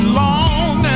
long